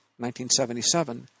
1977